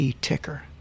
ticker